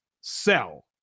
sell